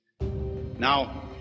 Now